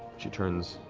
she turns